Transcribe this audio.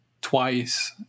twice